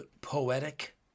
Poetic